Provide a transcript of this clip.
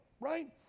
right